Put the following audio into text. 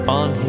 on